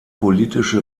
politische